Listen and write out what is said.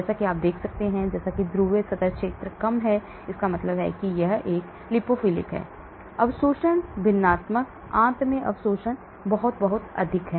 जैसा कि आप देख सकते हैं जैसा कि ध्रुवीय सतह क्षेत्र कम है इसका मतलब है कि यह लिपोफिलिक है अवशोषण भिन्नात्मक आंत में अवशोषण बहुत बहुत अधिक है